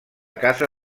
casa